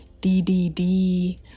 ddd